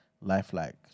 lifelike